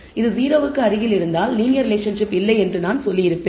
இது 0 க்கு அருகில் இருந்தால் லீனியர் ரிலேஷன்ஷிப் இல்லை என்று நான் சொல்லியிருப்பேன்